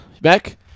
back